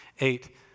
Eight